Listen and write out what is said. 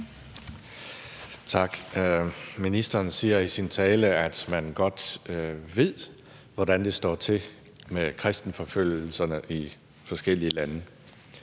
Tak. Ministeren siger i sin tale, at man godt ved, hvordan det står til med kristenforfølgelserne i forskellige lande.